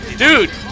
dude